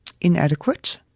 inadequate